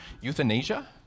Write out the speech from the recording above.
euthanasia